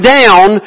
down